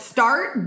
Start